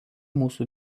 mūsų